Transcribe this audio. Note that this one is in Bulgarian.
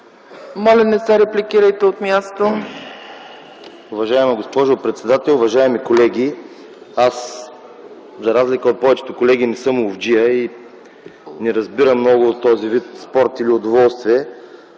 Моля, не се репликирайте от място.